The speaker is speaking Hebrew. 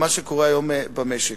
למה שקורה היום במשק.